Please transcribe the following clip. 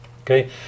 Okay